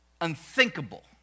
unthinkable